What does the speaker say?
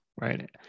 right